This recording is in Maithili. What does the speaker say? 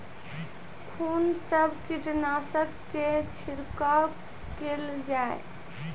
कून सब कीटनासक के छिड़काव केल जाय?